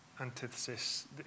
antithesis